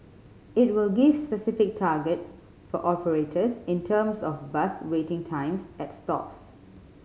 it will give specific targets for operators in terms of bus waiting times at stops